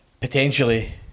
potentially